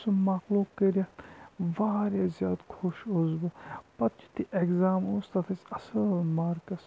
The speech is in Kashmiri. سُہ مۄکلوو کٔرتھ واریاہ زیادٕ خۄش اوسُس بہٕ پَتہٕ یُتھے ایٚکزام اوس تَتھ ٲسۍ اصٕل مارکٕس